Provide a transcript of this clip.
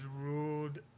ruled